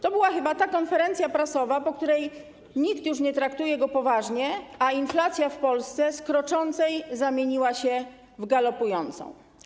To była chyba ta konferencja prasowa, po której nikt już nie traktuje go poważnie, a inflacja w Polsce z kroczącej zamieniła się w galopującą.